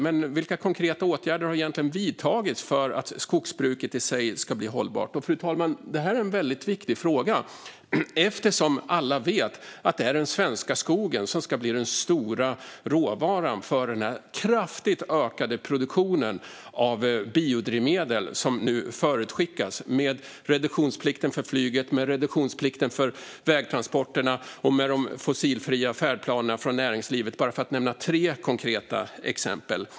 Men vilka konkreta åtgärder har egentligen vidtagits för att skogsbruket i sig ska bli hållbart? Detta är en väldigt viktig fråga. Alla vet att det är den svenska skogen som ska bli den stora råvaran för den kraftigt ökade produktion av biodrivmedel som nu förutskickas, med reduktionsplikt för flyget och vägtransporterna och med de fossilfria färdplanerna för näringslivet, bara för att nämna tre konkreta exempel.